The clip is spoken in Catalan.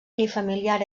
unifamiliar